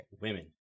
Women